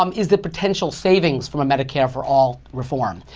um is the potential savings from a medicare for all reform.